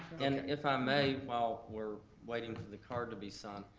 and if i may, while we're waiting for the card to be signed,